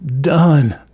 done